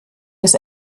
des